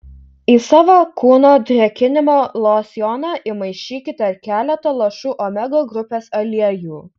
į savo kūno drėkinimo losjoną įmaišykite keletą lašų omega grupės aliejų